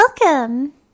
Welcome